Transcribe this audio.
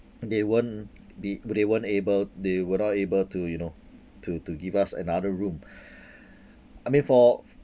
they weren't be they weren't able they were not able to you know to to give us another room I mean for